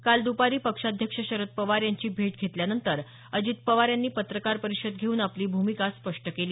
काल दुपारी पक्षाध्यक्ष शरद पवार यांची भेट घेतल्यानंतर अजित पवार यांनी पत्रकार परिषद घेऊन आपली भूमिका स्पष्ट केली